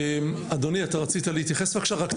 אדוני, אתה רצית להתייחס, בבקשה.